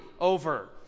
over